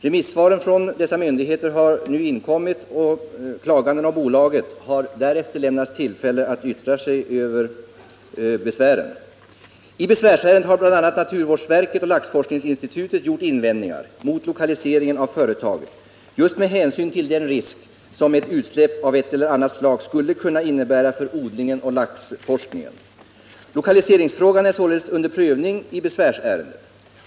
Remissvaren från dessa myndigheter har nu inkommit, och klaganden och bolaget har därefter lämnats tillfälle yttra sig över besvären. I besvärsärendet har bl.a. naturvårdsverket och laxforskningsinstitutet gjort invändning mot lokaliseringen av företaget just med hänsyn till den risk som ett utsläpp av ett eller annat slag skulle kunna innebära för odlingen och laxforskningen. Lokaliseringsfrågan är således under prövning i besvärsärendet.